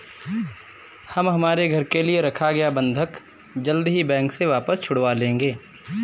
हम हमारे घर के लिए रखा गया बंधक जल्द ही बैंक से वापस छुड़वा लेंगे